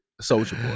social